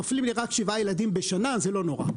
נופלים לי רק שבעה ילדים בשנה וזה לא נורא.